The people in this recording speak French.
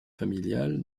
familiales